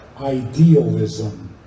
idealism